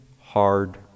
hard